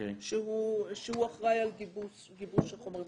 שהוא אחראי על גיבוש החומרים.